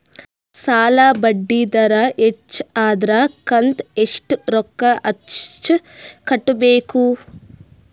ಸಾಲಾ ಬಡ್ಡಿ ದರ ಹೆಚ್ಚ ಆದ್ರ ಕಂತ ಎಷ್ಟ ರೊಕ್ಕ ಹೆಚ್ಚ ಕಟ್ಟಬೇಕು?